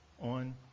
on